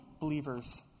believers